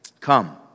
Come